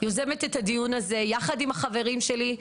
יוזמת את הדיון הזה יחד עם החברים שלי,